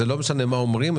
זה לא משנה מה אומרים,